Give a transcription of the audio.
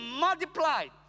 multiplied